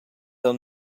aunc